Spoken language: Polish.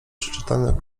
przeczytanych